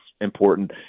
Important